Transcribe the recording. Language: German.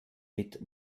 mit